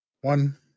One